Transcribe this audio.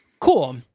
Cool